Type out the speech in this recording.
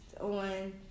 on